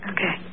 Okay